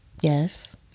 Yes